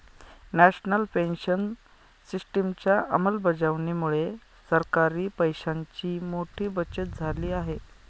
national pension सिस्टिमच्या अंमलबजावणीमुळे सरकारी पैशांची मोठी बचत झाली आहे